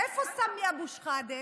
איפה סמי אבו שחאדה?